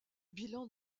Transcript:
bilan